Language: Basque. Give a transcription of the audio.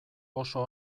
oso